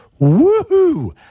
Woohoo